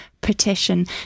petition